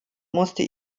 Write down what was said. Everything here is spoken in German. musste